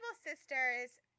Sisters